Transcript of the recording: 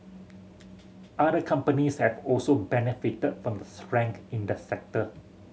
other companies have also benefited from the strength in the sector